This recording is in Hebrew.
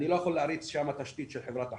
אני לא יכול להריץ שם תשתית של חברת החשמל,